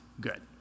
good